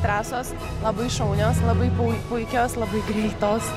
trasos labai šaunios labai pui puikios labai greitos